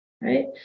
Right